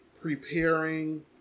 preparing